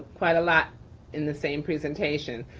quite a lot in the same presentation.